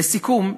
לסיכום,